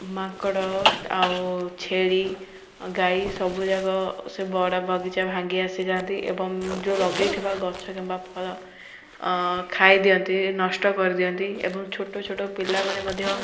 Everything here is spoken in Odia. ମାଙ୍କଡ଼ ଆଉ ଛେଳି ଗାଈ ସବୁ ଯାକ ସେ ବଡ଼ ବଗିଚା ଭାଙ୍ଗି ଆସିଯାଆନ୍ତି ଏବଂ ଯେଉଁ ଲଗାଇଥିବା ଗଛ କିମ୍ବା ଫଳା ଖାଇଦିଅନ୍ତି ନଷ୍ଟ କରିଦିଅନ୍ତି ଏବଂ ଛୋଟ ଛୋଟ ପିଲାମାନେ ମଧ୍ୟ